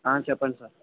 ఆ చెప్పండి సార్